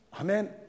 Amen